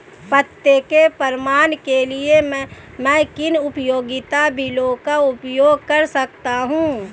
पते के प्रमाण के लिए मैं किन उपयोगिता बिलों का उपयोग कर सकता हूँ?